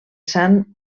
sant